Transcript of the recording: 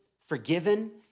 forgiven